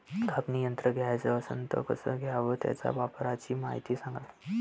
कापनी यंत्र घ्याचं असन त कस घ्याव? त्याच्या वापराची मायती सांगा